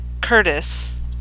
Curtis